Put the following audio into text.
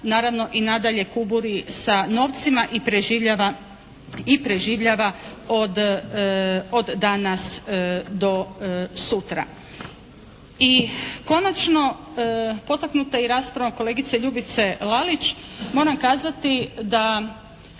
naravno i nadalje kuburi sa novcima i preživljava od danas do sutra. I konačno, potaknuta i raspravom kolegice Ljubice Lalić, moram kazati da